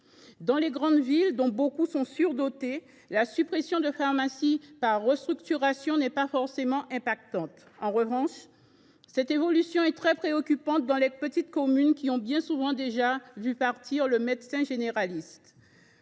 Dans les grandes villes, dont beaucoup sont surdotées, la suppression de pharmacies par restructuration ne prête pas forcément à conséquence. En revanche, cette évolution est très préoccupante dans les petites communes, qui, bien souvent, ont déjà vu partir le médecin généraliste.